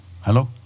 Hello